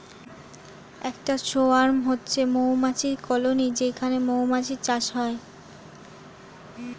একটা সোয়ার্ম হচ্ছে মৌমাছির কলোনি যেখানে মৌমাছির চাষ হয়